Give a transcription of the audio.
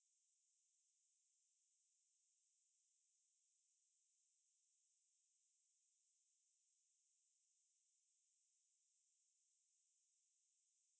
then we were like okay then we send just we just send one of our other err team members like to go and rel~ like relief for her for a while lah then like அடுத்த நாள் தான் அது:aduttha naal thaan athu reply பண்ணுது:pannuthu lah